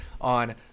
on